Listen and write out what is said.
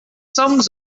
songs